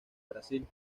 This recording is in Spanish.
brasil